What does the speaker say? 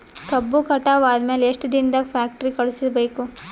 ಕಬ್ಬು ಕಟಾವ ಆದ ಮ್ಯಾಲೆ ಎಷ್ಟು ದಿನದಾಗ ಫ್ಯಾಕ್ಟರಿ ಕಳುಹಿಸಬೇಕು?